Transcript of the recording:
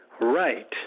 right